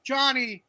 Johnny